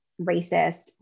racist